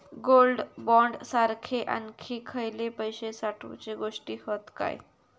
Gold bond सारखे आणखी खयले पैशे साठवूचे गोष्टी हत काय?